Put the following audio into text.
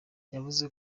yavuze